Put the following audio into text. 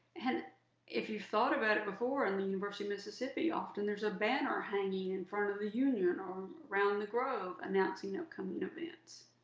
and if you thought about it before, in the university of mississippi often there's a banner hanging in front of the union or around the grove announcing upcoming events.